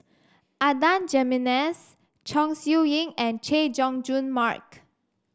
Adan Jimenez Chong Siew Ying and Chay Jung Jun Mark